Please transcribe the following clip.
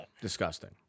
Disgusting